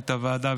מנהלת הוועדה,